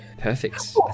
Perfect